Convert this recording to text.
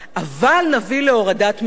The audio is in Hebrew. אבל נביא להורדת מחירים.